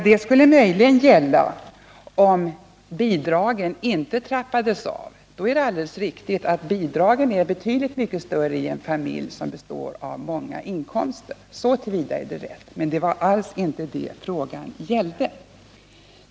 Det skulle möjligen gälla om bidragen inte trappades av. I så fall är det helt riktigt att bidragen är betydligt mycket större för en familj som har många barn. Så till vida är det rätt, men det var alls inte det frågan gällde.